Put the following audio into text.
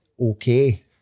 Okay